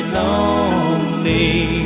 lonely